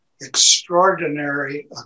extraordinary